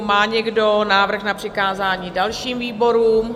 Má někdo návrh na přikázání dalším výborům?